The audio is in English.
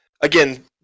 again